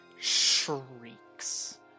shrieks